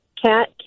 Cat